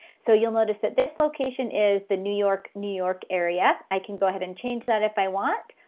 so you'll notice that this location is the new york, new york area. i can go ahead and change that if i want.